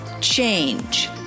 change